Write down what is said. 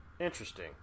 Interesting